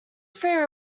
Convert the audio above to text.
three